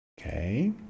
Okay